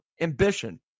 ambition